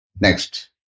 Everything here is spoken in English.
Next